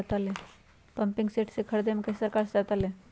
Pumping set के ख़रीदे मे कैसे सरकार से सहायता ले?